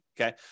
Okay